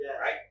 right